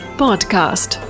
podcast